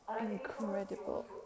incredible